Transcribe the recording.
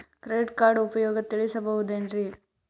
Credit card ಉಪಯೋಗ ತಿಳಸಬಹುದೇನು?